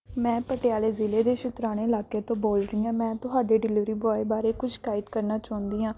ਮੈਂ ਪਟਿਆਲੇ ਜਿਲ੍ਹੇ ਦੇ ਸ਼ੁਤਰਾਣੇ ਇਲਾਕੇ ਤੋਂ ਬੋਲ ਰਹੀ ਹਾਂ ਮੈਂ ਤੁਹਾਡੇ ਡਿਲੀਵਰੀ ਬੋਆਏ ਬਾਰੇ ਕੁਛ ਸ਼ਿਕਾਇਤ ਕਰਨਾ ਚਾਹੁੰਦੀ ਹਾਂ